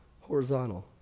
horizontal